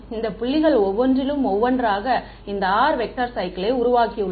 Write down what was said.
இந்த புள்ளிகள் ஒவ்வொன்றிலும் ஒவ்வொன்றாக இந்த r வெக்டர் சைக்கிளை உருவாக்கியுள்ளோம்